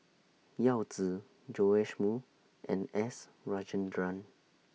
Yao Zi Joash Moo and S Rajendran